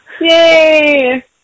Yay